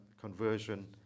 conversion